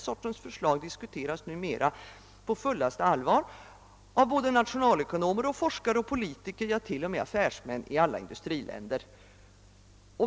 Sådana förslag diskuteras numera på fullt allvar av nationalekonomer, forskare, tekniker och politiker, ja, till och med av affärsmän i alla industriländer.